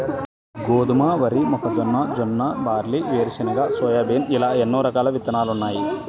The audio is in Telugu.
గోధుమ, వరి, మొక్కజొన్న, జొన్న, బార్లీ, వేరుశెనగ, సోయాబీన్ ఇలా ఎన్నో రకాల విత్తనాలున్నాయి